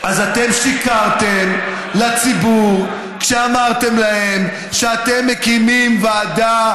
אז אתם שיקרתם לציבור כשאמרתם להם שאתם מקימים ועדה